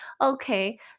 Okay